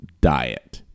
Diet